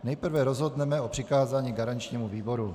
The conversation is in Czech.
Nejprve rozhodneme o přikázání garančnímu výboru.